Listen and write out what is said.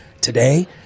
today